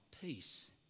peace